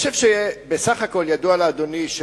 אני חושב שבסך הכול ידוע לאדוני,